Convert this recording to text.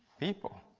people.